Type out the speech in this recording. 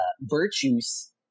virtues